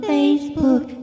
Facebook